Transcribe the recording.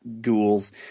ghouls